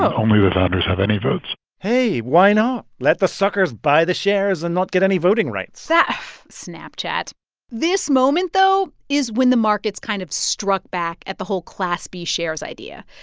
only the founders have any votes hey why not? let the suckers buy the shares and not get any voting rights that snapchat this moment, though, is when the markets kind of struck back at the whole class b shares idea.